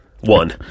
One